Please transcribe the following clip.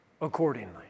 accordingly